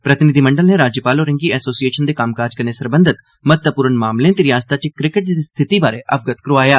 प्रतिनिधिमंडल नै राज्यपाल होरें गी एसोसिएशन दे कम्मकाज कन्नै सरबंधत महत्वपूर्ण मामलें ते रिआसता च क्रिकेट दी स्थिति बारे अवगत करोआया